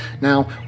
Now